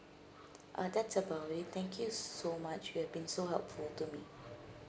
uh that's about it thank you so much you've been so helpful to me